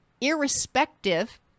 irrespective